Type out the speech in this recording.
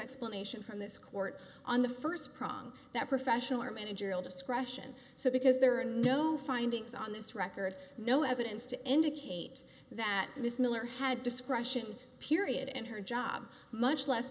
explanation from this court on the first prong that professional or managerial discretion so because there are no findings on this record no evidence to indicate that ms miller had discretion period in her job much less